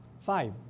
Five